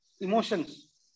emotions